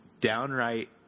downright